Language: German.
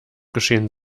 geschehen